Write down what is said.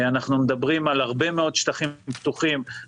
על הרבה מאוד שטחים פתוחים,